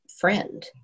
friend